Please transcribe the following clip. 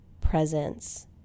presence